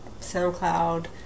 SoundCloud